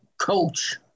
coach